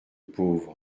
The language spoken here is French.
pauvre